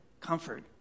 comfort